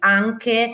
anche